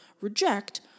reject